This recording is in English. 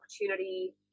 opportunity